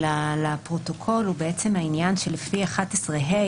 האם מבחינתכם כול דרישות הסף שמנויות בסעיף 2(א)(1),